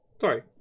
Sorry